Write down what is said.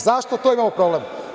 Zašto tu imamo problem?